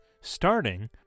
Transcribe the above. Starting